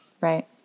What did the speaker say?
right